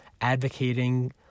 advocating